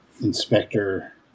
Inspector